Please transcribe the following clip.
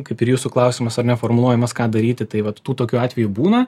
kaip ir jūsų klausimas ar ne formuluojamas ką daryti tai vat tų tokių atvejų būna